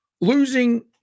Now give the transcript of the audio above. losing